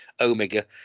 omega